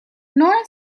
nora